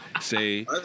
Say